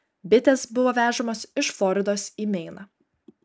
bitės buvo vežamos iš floridos į meiną